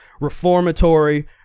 reformatory